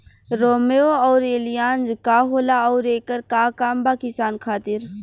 रोम्वे आउर एलियान्ज का होला आउरएकर का काम बा किसान खातिर?